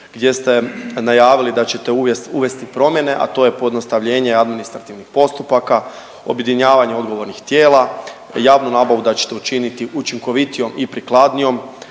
gdje ste najavili da ćete uvesti promjene, a to je pojednostavljenje administrativnih postupaka, objedinjavanje odgovornih tijela, javnu nabavu da ćete učiniti učinkovitijom i prikladnijom,